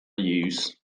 use